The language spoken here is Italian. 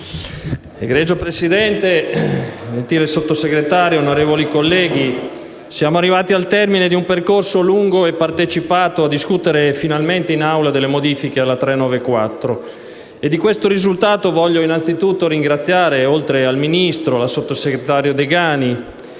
Egregio Presidente, gentile Sottosegretario, onorevoli colleghi, siamo arrivati, al termine di un percorso lungo e partecipato, a discutere finalmente in Aula le modiche alla legge n. 394 del 1991. Di questo risultato voglio ringraziare, oltre al Ministro, alla sottosegretario Degani